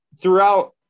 throughout